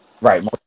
Right